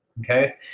Okay